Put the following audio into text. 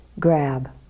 grab